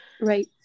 Right